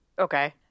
Okay